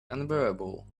unbearable